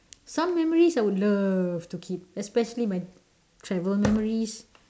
some memories I would love to keep especially my travel memories